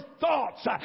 thoughts